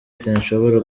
sinshobora